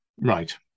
Right